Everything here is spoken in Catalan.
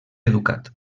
educat